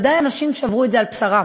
ודאי אנשים שעברו את זה על בשרם,